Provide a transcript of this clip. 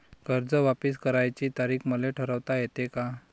कर्ज वापिस करण्याची तारीख मले ठरवता येते का?